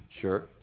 Sure